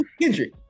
Kendrick